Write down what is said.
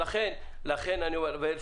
ולכן אני אומר,